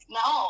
no